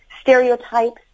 stereotypes